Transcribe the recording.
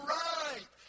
right